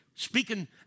speaking